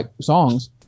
songs